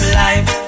life